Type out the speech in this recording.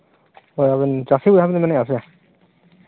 ᱟᱹᱵᱤᱱ ᱪᱟᱹᱥᱤ ᱵᱷᱟᱭ ᱵᱮᱱ ᱢᱮᱱᱮᱫᱼᱟ ᱥᱮ